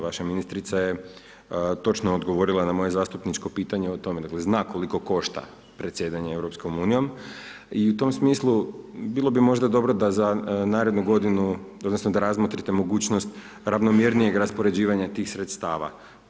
Vaša ministrica je točno odgovorila na moje zastupniče pitanje o tome, nego i zna koliko košta predsjedanje EU i u tom smislu bilo bi možda dobro da za narednu godinu, odnosno, da razmotrite mogućnost ravnomjernije raspoređivanje tih sredstava.